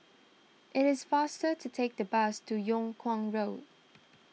it is faster to take the bus to Yung Kuang Road